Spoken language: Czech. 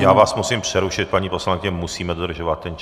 Já vás musím přerušit, paní poslankyně, musíme dodržovat ten čas.